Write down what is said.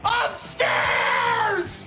upstairs